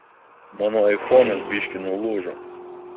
mano aifonas biškį nulūžo